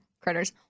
Critters